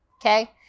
okay